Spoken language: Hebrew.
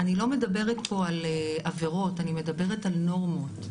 אני לא מדברת פה על עבירות, אני מדברת על נורמות.